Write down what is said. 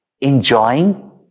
enjoying